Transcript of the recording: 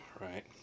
right